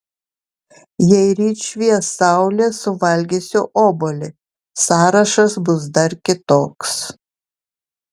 jei ryt švies saulė suvalgysiu obuolį sąrašas bus dar kitoks